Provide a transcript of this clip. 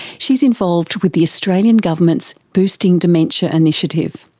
she's involved with the australian government's boosting dementia initiative.